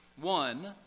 One